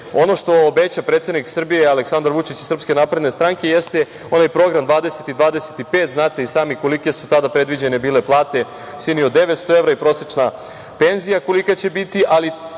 ono što obeća predsednik Srbije Aleksandar Vučić i SNS jeste onaj program „2025“, znate i sami kolike su tada predviđene bile plate u visini od 900 evra i prosečna penzija kolika će biti. Ali